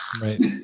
Right